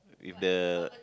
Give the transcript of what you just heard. with the